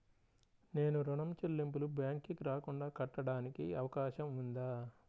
నేను ఋణం చెల్లింపులు బ్యాంకుకి రాకుండా కట్టడానికి అవకాశం ఉందా?